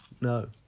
No